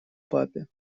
папе